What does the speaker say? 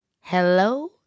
Hello